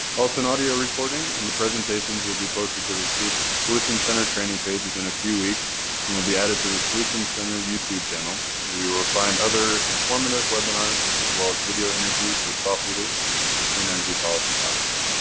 audio recording and the presentations will be posted to the the solutions solutions center training pages in a few weeks and will be added to the solutions center youtube channel where you will find other informative webinars as well ah as video interviews with thought leaders on clean energy policy topics.